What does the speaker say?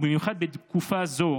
ובמיוחד בתקופה זו,